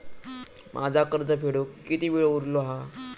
माझा कर्ज फेडुक किती वेळ उरलो हा?